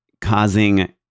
causing